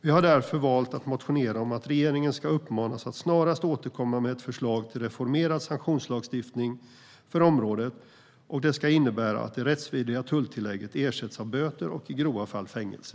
Vi har därför valt att motionera om att regeringen ska uppmanas att snarast återkomma med ett förslag till reformerad sanktionslagstiftning för området och att det ska innebära att det rättsvidriga tulltillägget ersätts av böter och i grova fall fängelse.